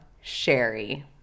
Sherry